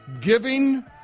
Giving